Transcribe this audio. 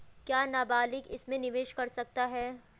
क्या नाबालिग इसमें निवेश कर सकता है?